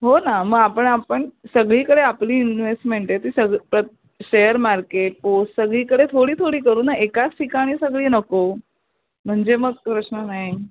हो ना मग आपण आपण सगळीकडे आपली इनवेस्टमेन्ट आहे ती सग प्र शेअर मार्केट पोस् सगळीकडे थोडी थोडी करू न ना एकाच ठिकाणी सगळी नको म्हणजे मग प्रश्न नाही